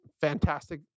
fantastic